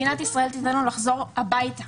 מדינת ישראל תיתן לו לחזור הביתה?